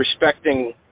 respecting